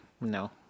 no